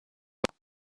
pas